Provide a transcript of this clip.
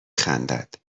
خندد